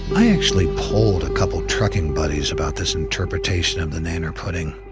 i actually polled a couple trucking buddies about this interpretation of the nanner pudding.